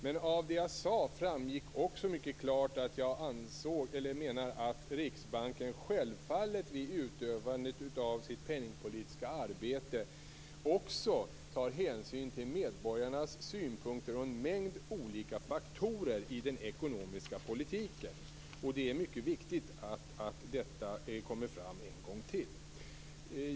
Men av det jag sade framgick också mycket klart att jag menar att Riksbanken självfallet vid utförandet av sitt penningpolitiska arbete tar hänsyn till medborgarnas synpunkter och en mängd olika faktorer i den ekonomiska politiken. Det är mycket viktigt att detta kommer fram en gång till.